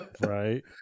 Right